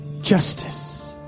justice